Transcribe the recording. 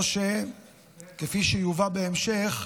או שכפי שיובא בהמשך,